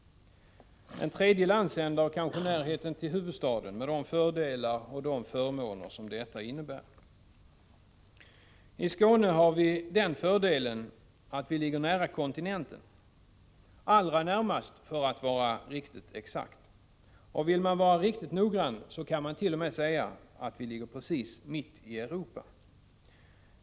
En tredje landsända har kanske närheten till huvudstaden, med de fördelar och förmåner som detta innebär. I Skåne har vi den fördelen att vi ligger nära kontinenten — allra närmast för att vara riktigt exakt. Vill man vara riktigt noggrann så kan man t.o.m. säga att Skåne ligger precis mitt i Europa.